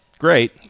great